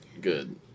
good